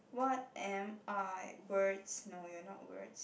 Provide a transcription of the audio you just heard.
what am I words no you're not words